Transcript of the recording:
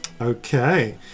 Okay